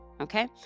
okay